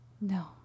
No